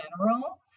general